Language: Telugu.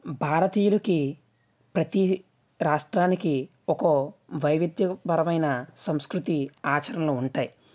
భారతీయులకి ప్రతి రాష్ట్రానికి ఒక వైవిధ్యపరమైన సంస్కృతి ఆచరణలు ఉంటాయి